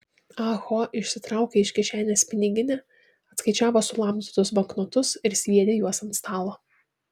ah ho išsitraukė iš kišenės piniginę atskaičiavo sulamdytus banknotus ir sviedė juos ant stalo